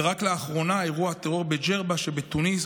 ורק לאחרונה אירוע טרור בג'רבה שבטוניס,